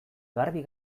garbi